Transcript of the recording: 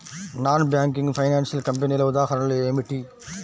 Non banking financial కంపెనీల ఉదాహరణలు ఏమిటి?